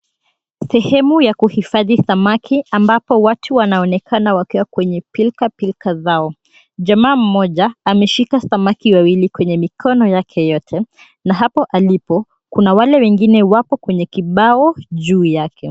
Sehemu ya kuhifadhi samaki ambapo watu wanaonekana wakiwa kwenye pilkapilka zao. Jamaa mmoja ameshika samaki wawili kwenye mikono yake yote na hapo alipo kuna wale wengine wako kwenye kibao juu yake.